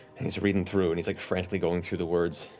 he's reading through and he's like frantically going through the words.